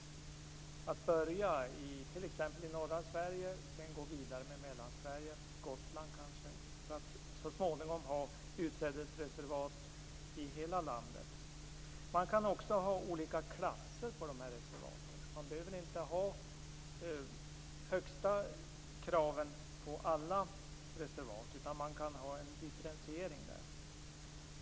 Man kan t.ex. börja i norra Sverige, sedan gå vidare med Mellansverige och kanske Gotland för att så småningom ha utsädesreservat i hela landet. Man kan också ha olika klasser på reservaten. Man behöver inte ha de högsta kraven på alla reservat, utan man kan göra en differentiering.